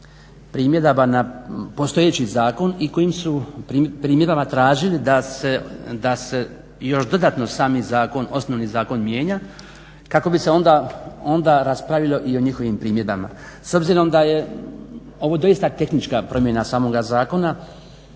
primjedaba na postojeći zakon i kojim su primjedbama tražili da se još dodatno sami zakon, osnovni zakon mijenja kako bi se onda raspravilo i o njihovim primjedbama. S obzirom da je ovo doista tehnička promjena samoga zakona